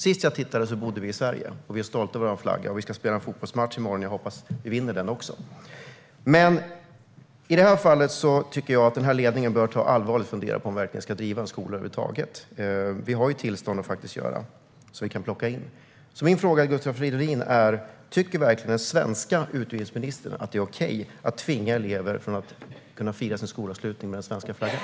Sist jag tittade bodde vi i Sverige, och vi är stolta över vår flagga. Vi ska spela en fotbollsmatch i morgon som jag hoppas att vi vinner. Jag tycker att ledningen ska ta en allvarlig funderare på om man verkligen ska driva en skola. Vi har ju möjlighet att dra in tillståndet. Tycker vår svenska utbildningsminister att det är okej att tvinga elever att avstå från att fira sin skolavslutning med svenska flaggan?